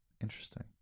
Interesting